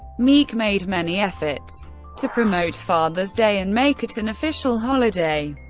meek made many efforts to promote father's day and make it an official holiday.